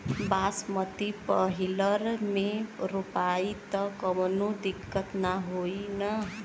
बासमती पलिहर में रोपाई त कवनो दिक्कत ना होई न?